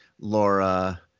Laura